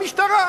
המשטרה.